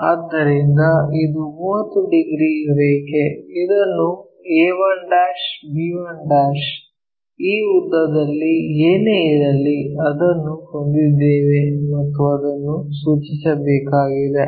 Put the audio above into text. ಆದ್ದರಿಂದ ಇದು 30 ಡಿಗ್ರಿ ರೇಖೆ ಇದನ್ನು a1 b1 ಈ ಉದ್ದದಲ್ಲಿ ಏನೇ ಇರಲಿ ಅದನ್ನು ಹೊಂದಿದ್ದೇವೆ ಮತ್ತು ಅದನ್ನು ಸೂಚಿಸಬೇಕಾಗಿದೆ